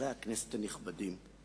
חברי הכנסת הנכבדים,